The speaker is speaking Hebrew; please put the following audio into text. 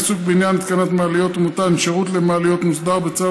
העיסוק בעניין התקנת מעליות ומתן שירות למעליות מוסדר בצו